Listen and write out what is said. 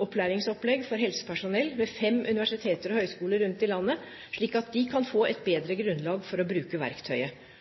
opplæringsopplegg for helsepersonell ved fem universiteter og høyskoler rundt i landet, slik at de kan få et bedre grunnlag for å bruke verktøyet.